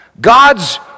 God's